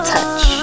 Touch